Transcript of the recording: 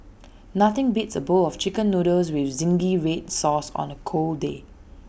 nothing beats A bowl of Chicken Noodles with Zingy Red Sauce on A cold day